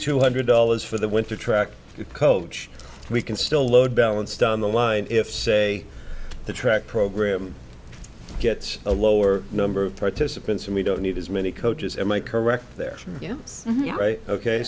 two hundred dollars for the winter track coach we can still load balanced on the line if say the track program gets a lower number of participants and we don't need as many coaches am i correct there yes you're right ok